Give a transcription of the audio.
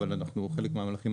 אבל חלק מהמהלכים,